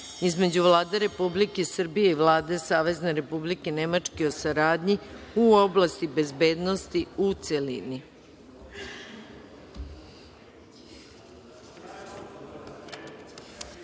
između Vlade Republike Srbije i Vlade Savezne Republike Nemačke o saradnji u oblasti bezbednosti, u